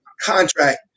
contract